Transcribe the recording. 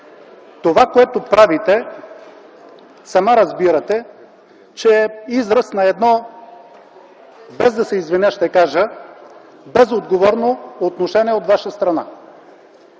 Това, което правите, сама разбирате, че е израз на едно, без да се извиня, ще кажа безотговорно отношение от Ваша страна.